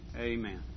Amen